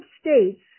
states